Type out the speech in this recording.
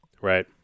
Right